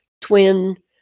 twin